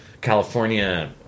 California